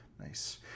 nice